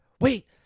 wait